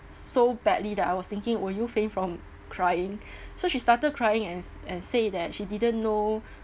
so badly that I was thinking will you faint from crying so she started crying and and say that she didn't know